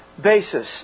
basis